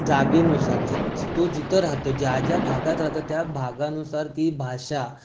जागेनुसार जिथं तो जिथं राहतो ज्या ज्या भागात राहतो त्या भागानुसार ती भाषा